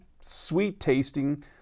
sweet-tasting